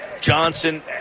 Johnson